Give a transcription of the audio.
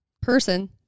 person